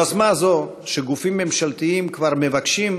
יוזמה זו, שגופים ממשלתיים כבר מבקשים